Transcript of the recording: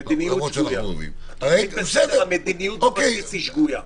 המדיניות בבסיס היא שגויה.